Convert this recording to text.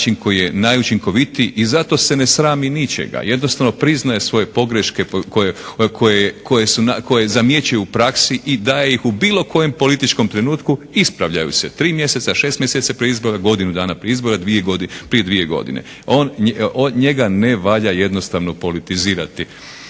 način koji je najučinkovitiji i zato se ne srami ničega. Jednostavno priznaje svoje pogreške koje zamjećuje u praksi i daje ih u bilo kojem političkom trenutku. Ispravljaju se tri mjeseca, šest mjeseci prije izbora, godinu dana prije izbora, prije dvije godine. Njega ne valja jednostavno politizirati.